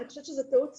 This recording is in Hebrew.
אני חושבת שזו טעות סופר,